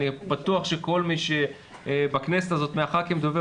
אני בטוח שכל מי שבכנסת הזאת מחברי הכנסת דוברי